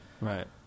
Right